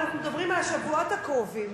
אנחנו מדברים על השבועות הקרובים,